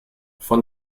von